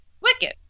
Wicked